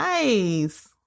Nice